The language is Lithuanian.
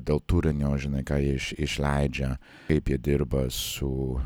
dėl turinio žinai ką jie iš išleidžia kaip jie dirba su